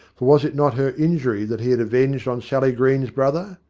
for was it not her injury that he had avenged on sally green's brother?